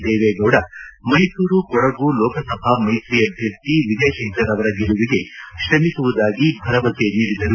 ದೇವೇಗೌಡ ಮೈಸೂರು ಕೊಡಗು ಲೋಕಸಭಾ ಮೈತ್ರಿ ಅಭ್ದರ್ಥಿ ವಿಜಯ ಶಂಕರ್ ಅವರ ಗೆಲುವಿಗೆ ಶ್ರಮಿಸುವುದಾಗಿ ಭರವಸೆ ನೀಡಿದರು